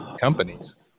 companies